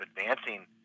advancing